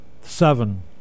Seven